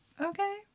Okay